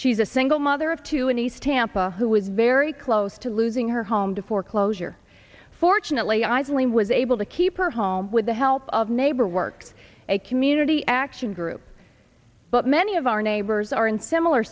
she's a single mother of two a nice tampa who was very close to losing her home to foreclosure fortunately isley was able to keep her home with the help of neighbor works a community action group but many of our neighbors are in similar